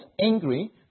angry